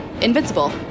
invincible